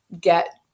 get